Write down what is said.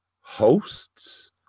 hosts